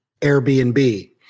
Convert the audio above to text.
Airbnb